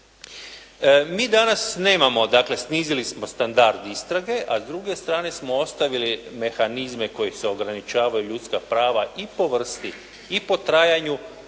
Mi danas nemamo, dakle snizili smo standard istrage, a s druge strane smo ostavili mehanizme kojim se ograničavaju ljudska prava i po vrsti i po trajanju